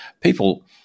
People